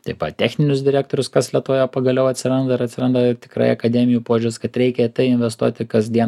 taip pat techninius direktorius kas lietuvoje pagaliau atsiranda ir atsiranda tikrai akademijų požiūris kad reikia į tai investuoti kasdien